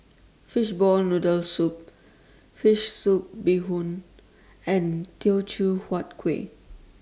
Fishball Noodle Soup Fish Soup Bee Hoon and Teochew Huat Kuih